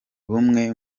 bumwe